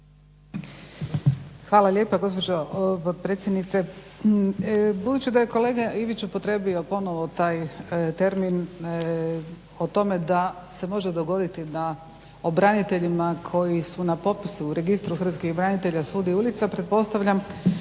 Hvala lijepa gospođo potpredsjednice. Budući da je kolega Ivić upotrijebio ponovno taj termin o tome da se može dogoditi da o braniteljima koji su na popisu Registru hrvatskih branitelja sudi ulica pretpostavljam